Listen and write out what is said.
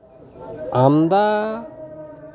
ᱟᱢᱫᱟ